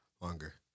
longer